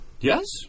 Yes